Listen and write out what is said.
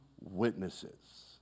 witnesses